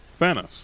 Thanos